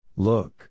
Look